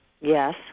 Yes